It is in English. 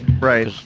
Right